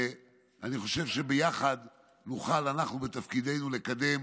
ואני חושב שביחד נוכל אנחנו בתפקידנו לקדם